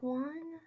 one